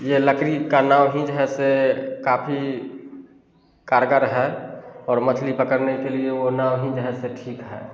ये लकड़ी का नाव हीं जे है से काफी कारगर है और मछली पकड़ने के लिए वो नाव हीं जे है से ठीक है